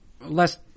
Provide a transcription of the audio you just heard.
less